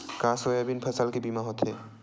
का सोयाबीन फसल के बीमा होथे?